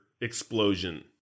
explosion